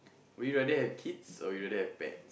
would you rather have kids or you rather have pet